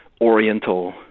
Oriental